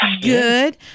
good